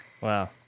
Wow